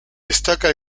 destaca